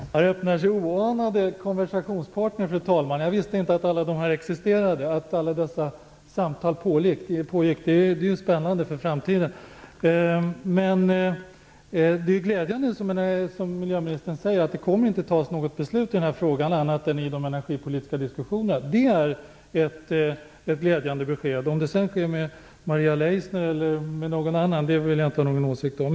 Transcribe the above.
Fru talman! Här öppnar det sig för oanade konversationspartner. Jag visste inte att alla dessa samtal pågick. Det är ju spännande inför framtiden. Att det, som miljöministern säger, inte kommer att fattas något beslut i den här frågan utan bara kommer att föras energipolitiska diskussioner är ett glädjande besked. Om de sedan sker med Maria Leissner eller med någon annan vill jag inte ha någon åsikt om.